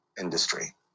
industry